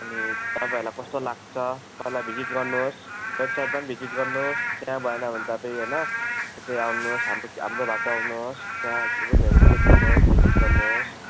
अनि तपाईँहरूलाई कस्तो लाग्छ पहिला भिजिट गर्नुहोस् वेबसाइटमा पनि भिजिट गर्नुहोस् त्यहाँ भएन भने तपाईँ होइन यतै आउनुहोस् हाम्रो हाम्रो भएको ठाउँ आउनुहोस् यहाँ रुमहरू चेक गर्नुहोस् भिजिट गर्नुहोस्